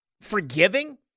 forgiving